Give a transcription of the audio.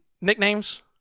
nicknames